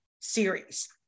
series